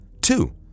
two